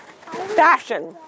Fashion